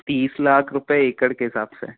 तीस लाख रुपए एकड़ के हिसाब से